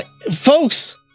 Folks